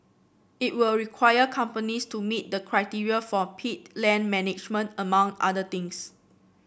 it will require companies to meet the criteria for peat land management among other things